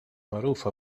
magħrufa